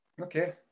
Okay